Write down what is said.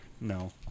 No